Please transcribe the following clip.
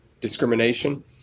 discrimination